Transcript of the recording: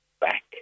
back